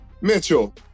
Mitchell